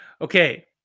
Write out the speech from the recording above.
Okay